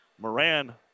Moran